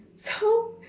how